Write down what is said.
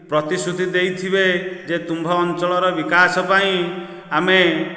ପ୍ରତିଶୃତି ଦେଇଥିବେ ଯେ ତୁମ୍ଭ ଅଞ୍ଚଳର ବିକାଶ ପାଇଁ ଆମେ